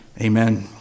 Amen